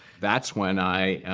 that's when i